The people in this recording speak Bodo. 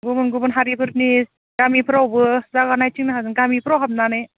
गुबुन गुबुन हारिफोरनि गामिफोरावबो जायगा नायथिंनो हागोन गामिफोराव हाबनानै